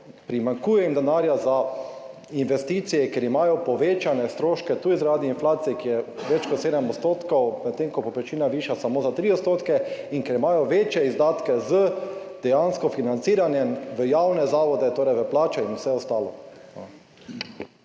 primanjkuje denarja za investicije, ker imajo povečane stroške tudi zaradi inflacije, ki je več kot 7 %, medtem ko je povprečnina višja samo za 3 %, in ker imajo večje izdatke dejansko s financiranjem v javne zavode, torej v plače in vse ostalo.